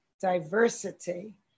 diversity